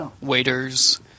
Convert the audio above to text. Waiters